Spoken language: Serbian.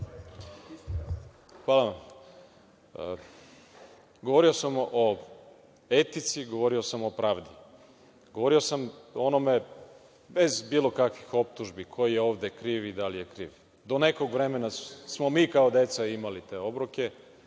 Hvala. Govorio sam o etici, govorio sam o pravdi. Govorio sam o ovome bez bilo kakvih optužbi ko je ovde kriv i da li je kriv. Do nekog vremena smo mi kao deca imali te obroke,